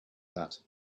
that